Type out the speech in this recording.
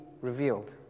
revealed